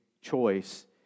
choice